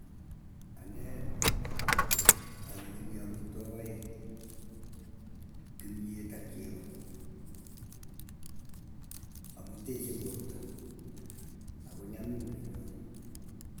Anee aleweni amitwok aeng kimyet ak chego. Amu teche porta ako nyamnyum kenyoru.